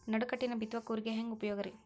ನಡುಕಟ್ಟಿನ ಬಿತ್ತುವ ಕೂರಿಗೆ ಹೆಂಗ್ ಉಪಯೋಗ ರಿ?